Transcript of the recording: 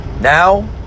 Now